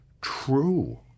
true